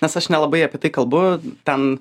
nes aš nelabai apie tai kalbu ten